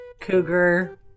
cougar